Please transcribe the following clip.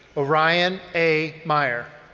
ah ryan a. meyer.